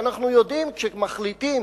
ואנחנו יודעים שכשמחליטים